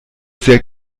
sehr